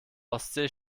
ostsee